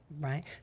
Right